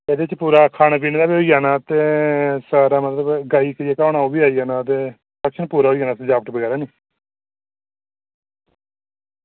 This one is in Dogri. एह्दे च पूरा खाने पीने दा बी होई जाना ते गाना ओह्बी आई जाना ते फंक्शन पूरा होई जाना सजावट बगैरा नी